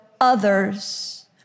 others